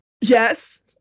yes